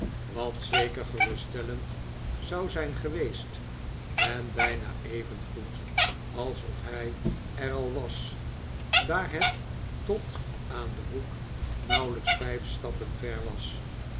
wat zeker geruststellend zou zijn geweest en bijna evengoed alsof hij er al was daar het tot aan den hoek nauwelijks vijf stappen ver was